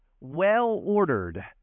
well-ordered